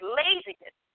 laziness